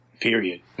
period